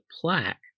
plaque